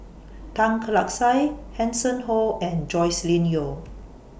Tan Lark Sye Hanson Ho and Joscelin Yeo